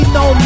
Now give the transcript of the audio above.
no